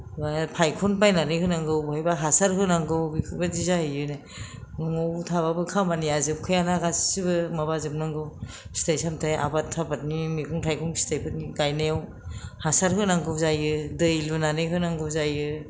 बा फायखन बायनानै होनांगौ बहायब्ला हासार होनांगौ बेफोरबायदि जाहैयो न'आव थाब्लाबो खामानिया जोबखाया ना गासिबो माबाजोबनांगौ फिथाय सामथाय आबाद थाबादनि मैगं थाइगं फिथायफोरनि गायनायाव हासार होनांगौ जायो दै लुनानै होनांगौ जायो